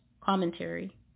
commentary